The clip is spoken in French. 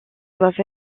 doivent